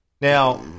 Now